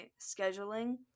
scheduling